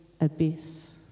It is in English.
abyss